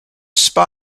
spy